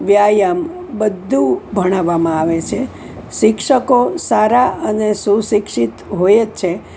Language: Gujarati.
વ્યાયામ બધું ભણાવવામાં આવે છે શિક્ષકો સારા અને સુશિક્ષિત હોય જ છે